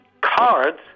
cards